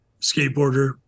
skateboarder